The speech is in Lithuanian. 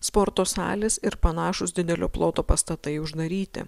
sporto salės ir panašūs didelio ploto pastatai uždaryti